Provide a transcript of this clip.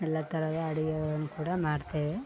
ಎಲ್ಲ ತರಹದ ಅಡುಗೆಗಳನ್ನು ಕೂಡ ಮಾಡ್ತೇವೆ